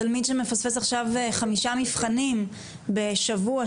תלמיד שמפספס עכשיו חמישה מבחנים בשבוע,